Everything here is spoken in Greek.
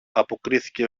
αποκρίθηκε